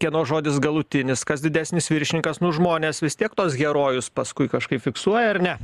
kieno žodis galutinis kas didesnis viršininkas nu žmonės vis tiek tuos herojus paskui kažkaip fiksuoja ar ne